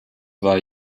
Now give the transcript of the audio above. war